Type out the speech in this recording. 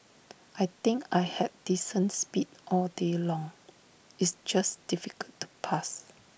I think I had descents speed all day long it's just difficult to pass